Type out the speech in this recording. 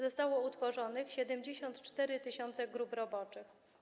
Zostało utworzonych 74 tys. grup roboczych.